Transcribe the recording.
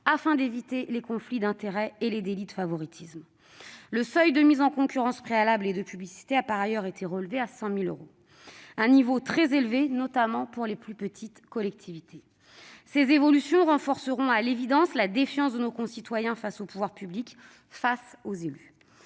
afin d'éviter les conflits d'intérêts et les délits de favoritisme. Le seuil de mise en concurrence préalable et de publicité a, par ailleurs, été relevé à 100 000 euros. C'est un niveau très élevé, notamment pour les plus petites collectivités. Ces évolutions renforceront à l'évidence la défiance de nos concitoyens face aux pouvoirs publics et face aux élus.